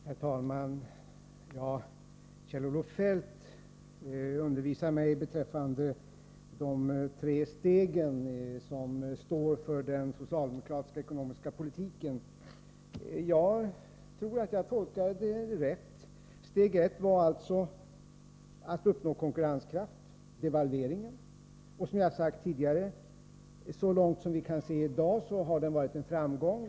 Herr talman! Kjell-Olof Feldt undervisar mig beträffande de tre steg som ingår i den socialdemokratiska ekonomiska politiken. Jag tror att jag tolkade rätt. Steg 1 var alltså att uppnå konkurrenskraft genom devalveringen. Jag har sagt tidigare att så långt vi kan se i dag har devalveringen varit framgångsrik.